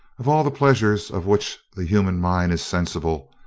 of all the pleasures of which the human mind is sensible,